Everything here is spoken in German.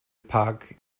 park